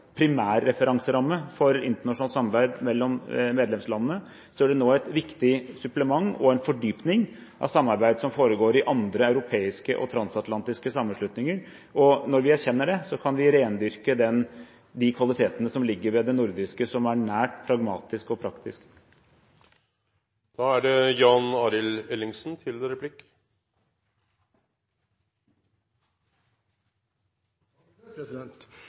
primærreferanseramme for internasjonalt samarbeid mellom medlemslandene, er det nå et viktig supplement og en fordypning av samarbeid som foregår i andre europeiske og transatlantiske sammenslutninger. Når vi erkjenner det, kan vi rendyrke de kvalitetene som ligger ved det nordiske som er nært, pragmatisk og praktisk. Nå har utenriksministeren gått igjennom fortreffeligheten som ligger i det